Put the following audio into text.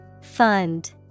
Fund